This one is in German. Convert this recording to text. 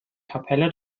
kapelle